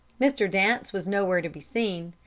mr. dance was nowhere to be seen.